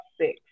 six